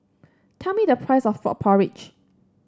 tell me the price of Frog Porridge